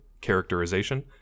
characterization